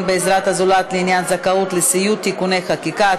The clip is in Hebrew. בעזרת הזולת לעניין זכאות לסיעוד (תיקוני חקיקה),